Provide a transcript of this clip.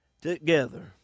together